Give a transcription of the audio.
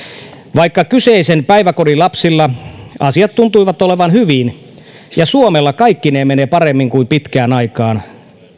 vaikka kyseisen päiväkodin lapsilla asiat tuntuivat olevan hyvin ja suomella kaikkineen menee paremmin kuin pitkään aikaan